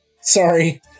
Sorry